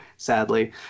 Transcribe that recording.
Sadly